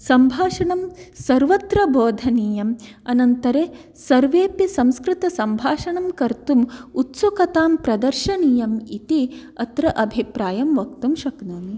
सम्भाषणं सर्वत्र बोधनीयम् अनन्तरं सर्वेऽपि संस्कृतसम्भाषणं कर्तुम् उत्सुकतां प्रदर्शनीयम् इति अत्र अभिप्रायं वक्तुं शक्नोमि